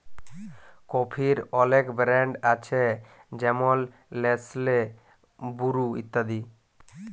কফির অলেক ব্র্যাল্ড আছে যেমল লেসলে, বুরু ইত্যাদি